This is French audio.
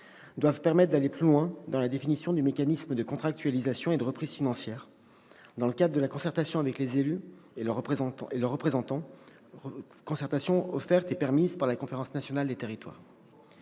doivent permettre d'aller plus loin dans la définition du mécanisme de contractualisation et de reprise financière, dans le cadre de la concertation avec les élus et leurs représentants, concertation offerte et permise par la Conférence nationale des territoires.